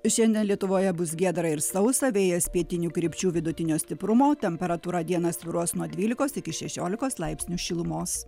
šiandien lietuvoje bus giedra ir sausa vėjas pietinių krypčių vidutinio stiprumo temperatūra dieną svyruos nuo dvylikos iki šešiolikos laipsnių šilumos